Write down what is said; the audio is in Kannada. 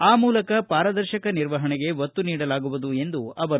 ಆ ಮೂಲಕ ಪಾರದರ್ಶಕ ನಿರ್ವಹಣೆಗೆ ಒತ್ತು ನೀಡಲಾಗುವುದು ಎಂದರು